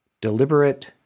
deliberate